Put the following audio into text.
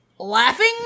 Laughing